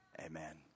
Amen